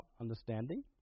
understanding